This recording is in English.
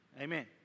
Amen